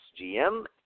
GM